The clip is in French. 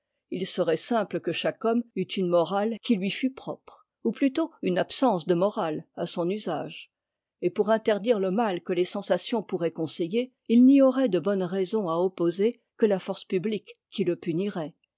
h serait simple que chaque homme eûtunemt ra e qui lui fût propre ou plutôt une absence de morale à son usage et pour mterdirele mat que les sensations'pourraient conseitier i n'y aurait de bonne raison à opposer que la force publique qui le punirait